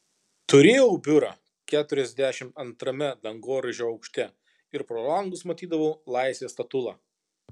turėjau biurą keturiasdešimt antrame dangoraižio aukšte ir pro langus matydavau laisvės statulą